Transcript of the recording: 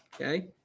Okay